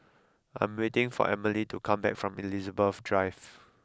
I am waiting for Emilie to come back from Elizabeth Drive